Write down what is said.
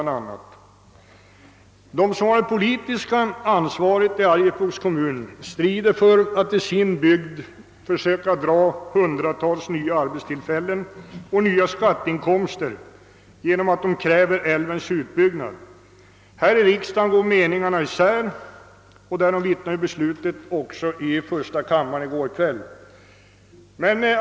De som har det politiska ansvaret i Arjeplogs kommun strider för att till sin bygd söka föra hundratals nya arbetstillfällen och nya skatteinkomster och kräver därför älvens utbyggnad. Här i riksdagen går meningarna isär — därom vittnar första kammarens beslut i går kväll.